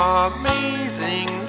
amazing